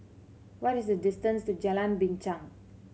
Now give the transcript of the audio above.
what is the distance to Jalan Binchang